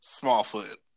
Smallfoot